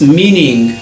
meaning